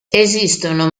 esistono